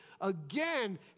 again